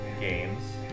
games